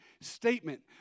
statement